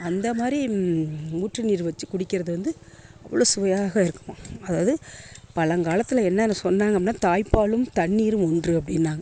அந்த மாரி ஊற்று நீர் வச்சு குடிக்கிறது வந்து அவ்வளோ சுவையாக இருக்குமாம் அதாவது பழங்காலத்தில் என்னென்னு சொன்னாங்க தாய்ப்பாலும் தண்ணீரும் ஒன்று அப்படின்னாங்க